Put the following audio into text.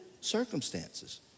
circumstances